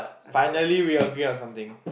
finally we agree on something